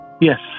Yes